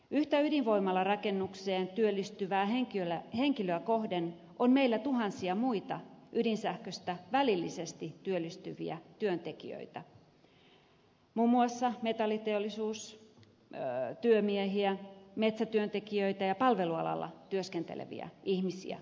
yhtä ydinvoimalarakennukseen työllistyvää henkilöä kohden on meillä tuhansia muita ydinsähköstä välillisesti työllistyviä työntekijöitä muun muassa metalliteollisuustyömiehiä metsätyöntekijöitä ja palvelualalla työskenteleviä ihmisiä